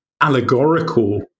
allegorical